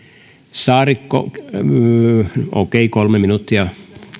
saarikko kolme minuuttia